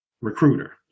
recruiter